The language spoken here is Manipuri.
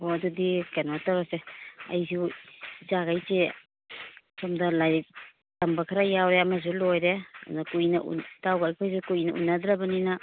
ꯍꯣ ꯑꯗꯨꯗꯤ ꯀꯩꯅꯣ ꯇꯧꯔꯁꯦ ꯑꯩꯁꯨ ꯏꯆꯥꯒꯩꯁꯦ ꯁꯣꯝꯗ ꯂꯥꯏꯔꯤꯛ ꯇꯝꯕ ꯈꯔ ꯌꯥꯎꯔꯦ ꯑꯃꯁꯨ ꯂꯣꯏꯔꯦ ꯑꯗ ꯀꯨꯏꯅ ꯏꯇꯥꯎꯒ ꯑꯩꯈꯣꯏꯒ ꯀꯨꯏꯅ ꯎꯅꯗ꯭ꯔꯥꯕꯅꯤꯅ